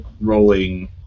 rolling